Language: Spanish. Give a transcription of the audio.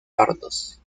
pardos